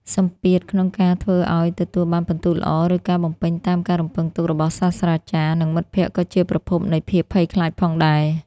សម្ពាធក្នុងការធ្វើឱ្យទទួលបានពិន្ទុល្អ ឬការបំពេញតាមការរំពឹងទុករបស់សាស្រ្តាចារ្យ និងមិត្តភក្តិក៏ជាប្រភពនៃភាពភ័យខ្លាចផងដែរ។